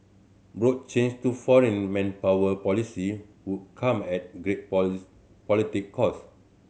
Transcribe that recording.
broad change to foreign manpower policy would come at great political cost